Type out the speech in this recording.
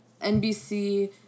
NBC